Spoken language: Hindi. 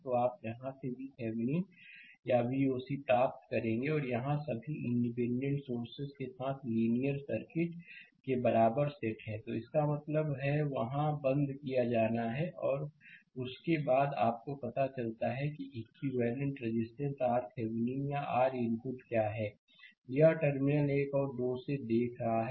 तो आप जहां से VThevenin या Voc प्राप्त करेंगे और यहां सभी इंडिपेंडेंट सोर्सेस के साथ लिनियर सर्किट 0 के बराबर सेट है इसका मतलब है वहाँ बंद किया जाना है और उसके बाद आपको पता चलता है कि इक्विवेलेंटरेजिस्टेंस RThevenin या R इनपुट क्या है यह टर्मिनल 1 और 2 से देख रहा है